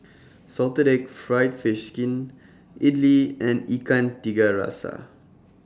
Salted Egg Fried Fish Skin Idly and Ikan Tiga Rasa